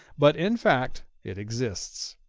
but in fact it exists.